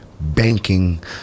banking